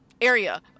area